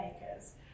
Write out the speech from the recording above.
makers